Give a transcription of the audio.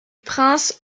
prince